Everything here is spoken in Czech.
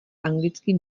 anglický